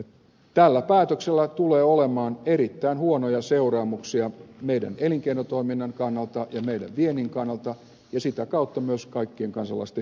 tällä päätöksellä tulee olemaan erittäin huonoja seuraamuksia meidän elinkeinotoiminnan kannalta ja meidän viennin kannalta ja sitä kautta myös kaikkien kansalaisten hyvinvoinnin kannalta